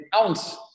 ounce